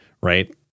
right